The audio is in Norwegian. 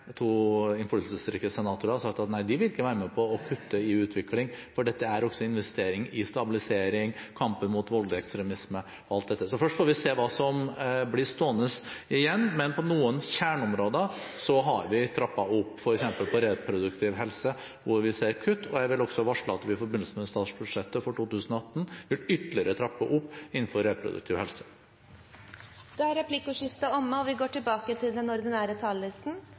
to innflytelsesrike senatorer, har sagt at de ikke vil være med på å kutte i utvikling, for dette er også investering i stabilisering, i kampen mot voldelig ekstremisme, og alt dette. Så først får vi se hva som blir stående igjen, men på noen kjerneområder har vi trappet opp, f.eks. på reproduktiv helse, hvor vi ser kutt. Jeg vil også varsle at vi i forbindelse med statsbudsjettet for 2018 ytterligere vil trappe opp innenfor reproduktiv helse. Replikkordskiftet er dermed omme. Den